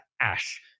ash